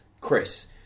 Chris